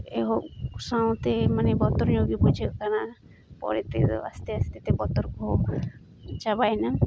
ᱮᱦᱚᱵ ᱥᱟᱶᱛᱮ ᱢᱟᱱᱮ ᱵᱚᱛᱚᱨ ᱧᱚᱜ ᱜᱮ ᱵᱩᱡᱷᱟᱹᱜ ᱠᱟᱱᱟ ᱯᱚᱨᱮ ᱛᱮᱫᱚ ᱟᱥᱛᱮ ᱟᱥᱛᱮ ᱵᱚᱛᱚᱨ ᱠᱚᱦᱚᱸ ᱪᱟᱵᱟᱭᱮᱱᱟ